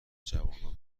جوانان